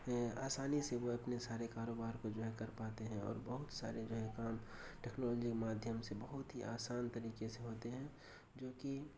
آسانی سے وہ اپنے سارے کاروبار کو جو ہے کر پاتے ہیں اور بہت سارے جو ہیں کام ٹیکنالوجی کے مادھیم سے بہت ہی آسان طریقے سے ہوتے ہیں جو کہ